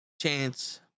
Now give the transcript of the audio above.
chance